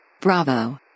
bravo